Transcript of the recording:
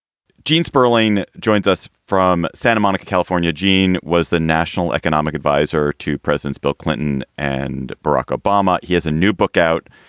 gene sperling joins us from santa monica, california. gene was the national economic adviser to presidents bill clinton and barack obama. he has a new book out.